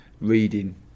reading